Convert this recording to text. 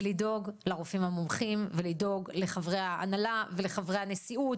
לדאוג לרופאים המומחים ולדאוג לחברי ההנהלה ולחברי הנשיאות